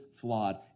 flawed